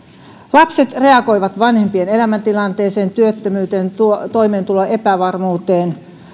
lapset reagoivat vanhempien elämäntilanteeseen työttömyyteen toimeentulon epävarmuuteen